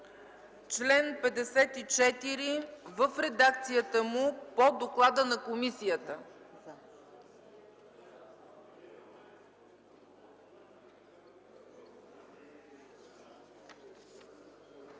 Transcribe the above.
чл. 54 в редакцията му по доклада на комисията.